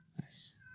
Nice